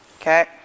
Okay